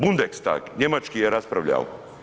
Budenstag njemački je raspravljao.